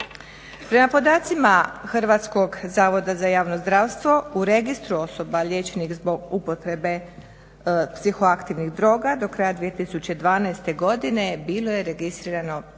Prema podacima Hrvatskog zavoda za javno zdravstvo, u registru osoba liječenih zbog upotrebe psihoaktivnih droga do kraja 2012. godine bilo je registrirano